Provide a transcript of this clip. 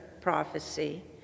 prophecy